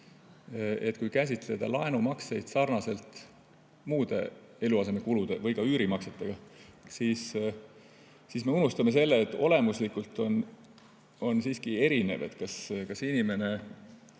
et kui käsitleda laenumakseid sarnaselt muude eluasemekulude või ka üürimaksetega, siis me unustame selle, et olemuslikult on siiski erinev, kas inimene